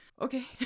Okay